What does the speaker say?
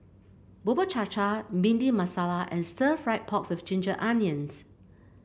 Bubur Cha Cha Bhindi Masala and stir fry pork with Ginger Onions